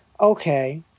okay